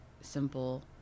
simple